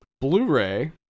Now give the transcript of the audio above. Blu-ray